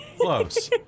Close